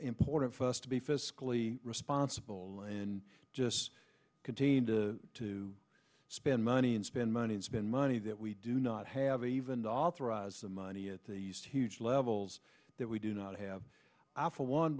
important for us to be fiscally responsible and just contained to spend money and spend money and spend money that we do not have even the authorize the money at these huge levels that we do not have